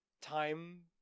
time